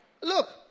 look